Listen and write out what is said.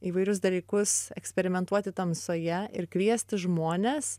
įvairius dalykus eksperimentuoti tamsoje ir kviesti žmones